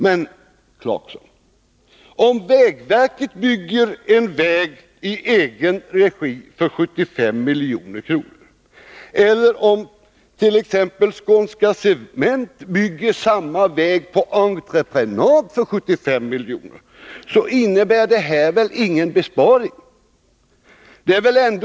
Men, herr Clarkson, det innebär väl ingen besparing om Skånska Cement bygger en väg på entreprenad för 75 milj.kr. jämfört med om vägverket i egen regi bygger denna väg för samma belopp?